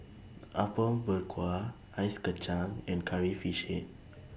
Apom Berkuah Ice Kachang and Curry Fish Head